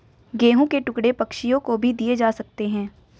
गेहूं के टुकड़े पक्षियों को भी दिए जा सकते हैं